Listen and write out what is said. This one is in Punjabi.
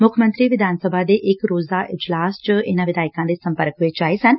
ਮੁੱਖ ਮੰਤਰੀ ਵਿਧਾਨ ਸਭਾ ਦੇ ਇਕ ਰੋਜ਼ਾ ਇਜਲਾਸ ਵਿੱਚ ਵਿਧਾਇਕਾ ਦੇ ਸੰਪਰਕ ਵਿੱਚ ਆਏ ਸਨ